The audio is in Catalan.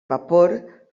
vapor